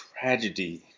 tragedy